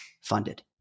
funded